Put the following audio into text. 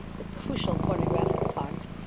the crucial pornographic part,